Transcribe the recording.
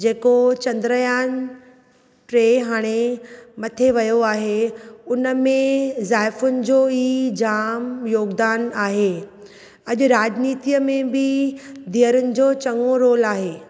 जेको चंद्रयान टे हाणे मथे वियो आहे उन में ज़ाइफुनि जो ई जाम योगदान आहे अॼु राजनीतिअ में बि धीअरुनि जो चङो रोल आहे